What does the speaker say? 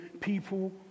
people